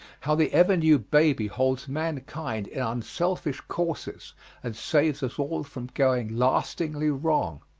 how the ever-new baby holds mankind in unselfish courses and saves us all from going lastingly wrong.